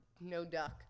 no-duck